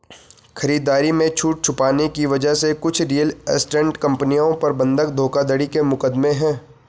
खरीदारी में छूट छुपाने की वजह से कुछ रियल एस्टेट कंपनियों पर बंधक धोखाधड़ी के मुकदमे हैं